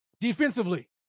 Defensively